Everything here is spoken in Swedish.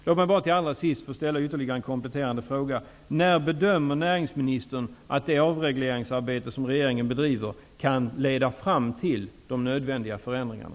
Låt mig allra sist få ställa ytterligare en kompletterande fråga: När bedömer näringsministern att det avregleringsarbete som regeringen bedriver kan leda fram till de nödvändiga förändringarna?